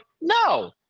no